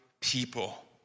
people